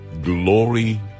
glory